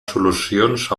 solucions